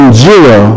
zero